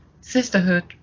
Sisterhood